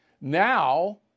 now